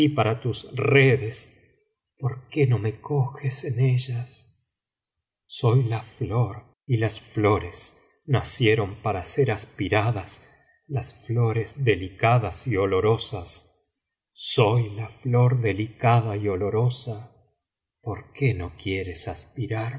para tus recles por qué no me coges en ellas soy la flor y las flores nacieron para ser aspiradas las flores delicadas y olorosas soy la flor delicada y olorosa por qué no quieres aspirarme